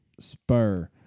Spur